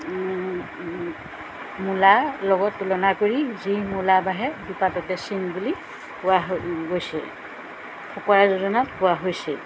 মূলাৰ লগত তুলনা কৰি যি মূলা বাঢ়ে দুপাততে চিন বুলি কোৱা গৈছে ফকৰা যোজনাত কোৱা হৈছে